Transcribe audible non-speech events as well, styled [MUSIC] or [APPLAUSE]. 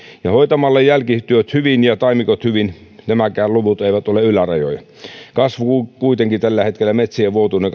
ja hoitamalla jälkityöt hyvin ja taimikot hyvin nämäkään luvut eivät ole ylärajoja kuitenkin tällä hetkellä metsien vuotuinen [UNINTELLIGIBLE]